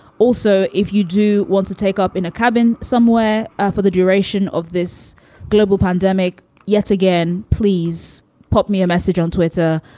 also, if you do want to take up in a cabin somewhere for the duration of this global pandemic yet again, please pop me a message on twitter.